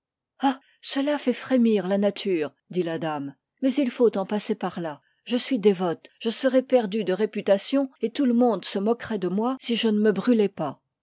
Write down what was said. cela fait frémir la nature dit la dame mais il faut en passer par là je suis dévote je serais perdue de réputation et tout le monde se moquerait de moi si je ne me brûlais pas